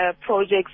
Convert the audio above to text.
projects